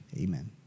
Amen